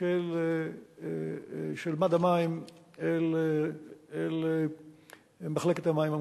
של מד המים אל מחלקת המים המקומית.